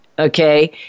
Okay